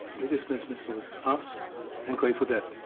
biggest business was us and grateful dead,